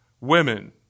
women